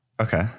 Okay